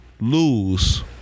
lose